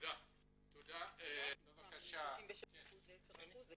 אני מארגון CNEF וגם